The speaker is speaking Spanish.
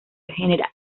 general